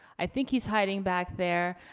i think he's hiding back there.